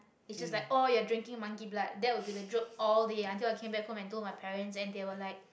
he's just like oh you're drinking monkey blood and that will be joke all day until i came back home and tell my parents and they were like